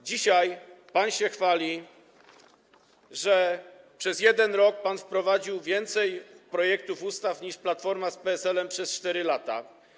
Dzisiaj pan się chwali, że przez 1 rok wprowadził pan więcej projektów ustaw niż Platforma z PSL przez 4 lata.